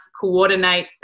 coordinate